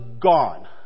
gone